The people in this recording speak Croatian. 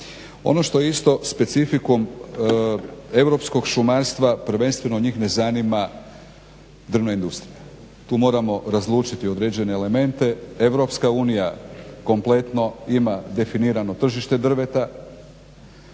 Ono što je isto specifikum europskog šumarstva, prvenstveno njih ne zanima drvna industrija. Tu moramo razlučiti određene elemente. Europska unija kompletno ima definirano tržište drveta,